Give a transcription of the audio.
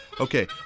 Okay